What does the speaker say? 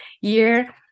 year